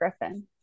Griffin